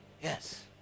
yes